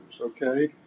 okay